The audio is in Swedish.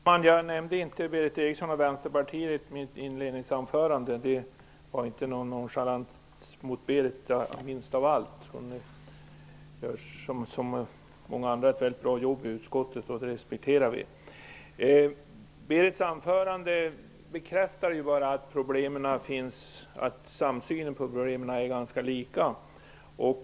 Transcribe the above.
Herr talman! Jag nämnde inte Berith Eriksson och Vänsterpartiet i mitt inledningsanförande. Det var minst av allt någon nonchalans mot Berith Eriksson. Hon gör som många andra ett mycket bra jobb i utskottet, och det respekterar vi. Berith Erikssons anförande bekräftar bara samsynen på problemen.